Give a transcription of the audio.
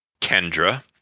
Kendra